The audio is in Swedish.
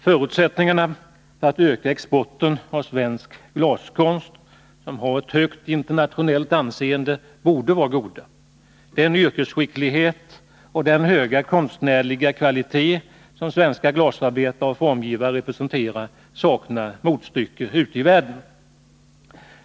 Förutsättningarna för att öka exporten av svensk glaskonst, som har ett högt internationellt anseende, borde vara goda. Den yrkesskick lighet och den höga konstnärliga kvalitet som svenska glasarbetare och formgivare representerar saknar motstycke ute i världen.